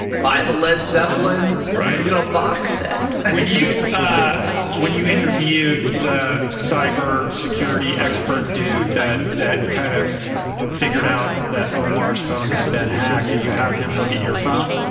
buy the led zeppelin you know box set. when you when you interviewed the cyber security expert dude, that that kind of figured out that omar's phone had been hacked, did you have him look at your phone?